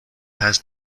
has